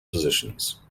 positions